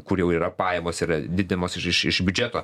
kur yra pajamos yra didinamos iš iš iš biudžeto